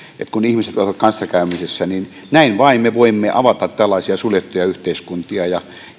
kun ihmiset voivat olla kanssakäymisessä niin vain näin me voimme avata tällaisia suljettuja yhteiskuntia ja